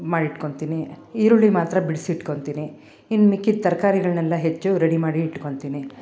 ಮಾಡಿಟ್ಕೊಂತೀನಿ ಈರುಳ್ಳಿ ಮಾತ್ರ ಬಿಡಿಸಿಟ್ಕೊಂತೀನಿ ಇನ್ನು ಮಿಕ್ಕಿದ ತರಕಾರಿಗಳ್ನೆಲ್ಲಾ ಹೆಚ್ಚು ರೆಡಿ ಮಾಡಿ ಇಟ್ಕೊಂತಿನಿ